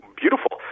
beautiful